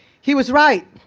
he was right.